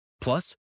Plus